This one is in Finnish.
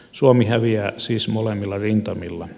suomi häviää siis molemmilla rintamilla